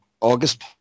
August